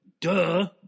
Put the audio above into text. Duh